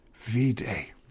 V-Day